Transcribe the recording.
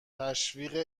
تشویق